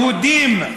יהודים,